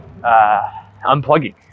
unplugging